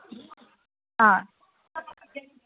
ആ